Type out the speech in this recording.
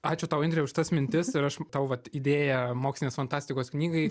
ačiū tau indre už tas mintis ir aš tau vat idėją mokslinės fantastikos knygai